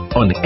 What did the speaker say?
on